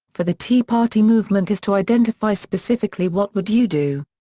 for the tea party movement is to identify specifically what would you do.